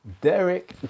Derek